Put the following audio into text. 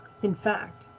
in fact,